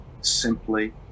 simply